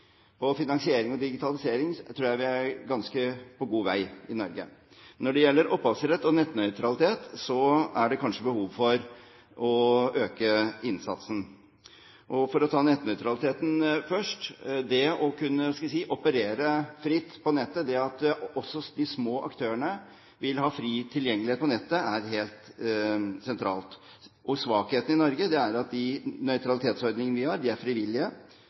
finansiering og digitalisering, tror jeg vi er på ganske god vei i Norge. Når det gjelder opphavsrett og nettnøytralitet, er det kanskje behov for å øke innsatsen. For å ta nettnøytraliteten først: Det å kunne – hva skal jeg si – operere fritt på nettet, det at også de små aktørene vil ha fri tilgjengelighet på nettet, er helt sentralt. Svakheten i Norge er at de nøytralitetsordningene vi har, er frivillige, det er lite sanksjoner, og de er